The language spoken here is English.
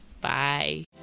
bye